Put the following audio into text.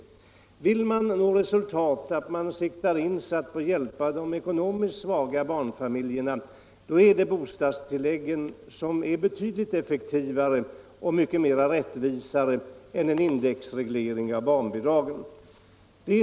Och om man inriktar sig på att hjälpa de ekonomiskt svaga barnfamiljerna, så är bostadstillläggen betydligt mera effektiva och rättvisa än en indexreglering av barnbidragen.